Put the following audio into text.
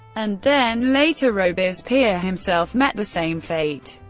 and then later robespierre himself met the same fate.